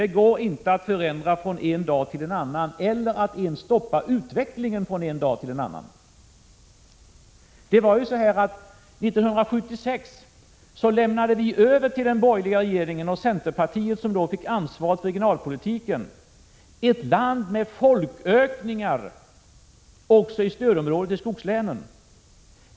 Det går inte att förändra från en dag till en annan eller att ens stoppa utvecklingen från en dag till en annan. 1976 lämnade vi över regeringsansvaret till den borgerliga regeringen. Centerpartiet fick då ansvaret för regionalpolitiken. Sverige var då ett land med folkökningar, också i stödområdet och i skogslänen.